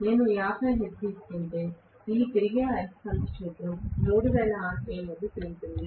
నేను 50 హెర్ట్జ్ ఇస్తుంటే ఈ తిరిగే అయస్కాంత క్షేత్రం 3000 rpm వద్ద తిరుగుతుంది